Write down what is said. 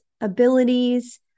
abilities